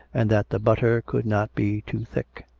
and that the butter could not be too thick.